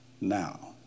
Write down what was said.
now